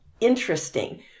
interesting